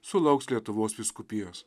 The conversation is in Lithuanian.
sulauks lietuvos vyskupijos